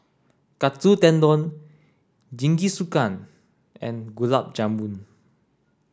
Katsu Tendon Jingisukan and Gulab Jamun